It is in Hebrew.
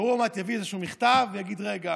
והוא עוד מעט יביא איזשהו מכתב ויגיד רגע,